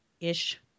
Ish